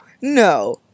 no